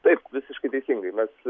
taip visiškai teisingai mes